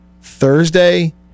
Thursday